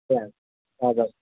ए हजुर